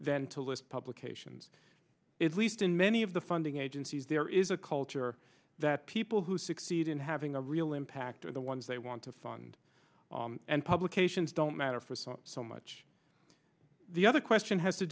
then to list publications is least in many of the funding agencies there is a culture that people who succeed in having a real impact are the ones they want to follow and publications don't matter for some so much the other question has to